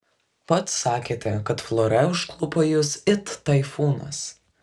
pats sakėte kad flora užklupo jus it taifūnas